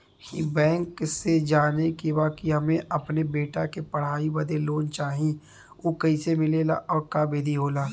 ई बैंक से जाने के बा की हमे अपने बेटा के पढ़ाई बदे लोन चाही ऊ कैसे मिलेला और का विधि होला?